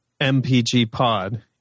mpgpod